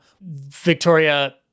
Victoria